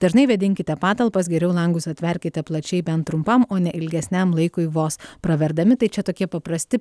dažnai vėdinkite patalpas geriau langus atverkite plačiai bent trumpam o ne ilgesniam laikui vos praverdami tai čia tokie paprasti